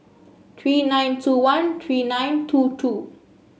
three nine two one three nine two two